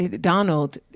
donald